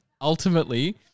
ultimately